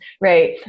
right